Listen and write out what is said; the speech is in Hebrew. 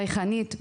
חייכנית,